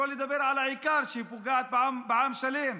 שלא לדבר על העיקר, שהיא פוגעת בעם שלם.